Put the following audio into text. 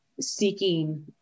seeking